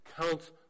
counts